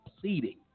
pleading